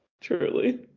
Truly